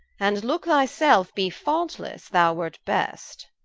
and looke thy selfe be faultlesse, thou wert best